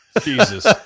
Jesus